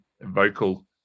vocal